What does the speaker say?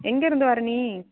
எங்கேருந்து வர நீ